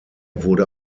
wurde